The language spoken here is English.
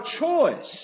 choice